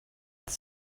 that